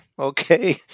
Okay